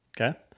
Okay